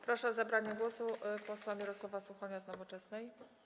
Proszę o zabranie głosu posła Mirosława Suchonia z Nowoczesnej.